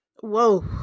Whoa